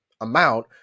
amount